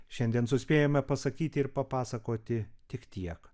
šiandien suspėjome pasakyti ir papasakoti tik tiek